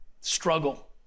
struggle